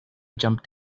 jumped